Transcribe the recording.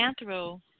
anthro